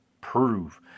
prove